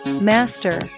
Master